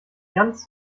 ganz